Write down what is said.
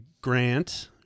Grant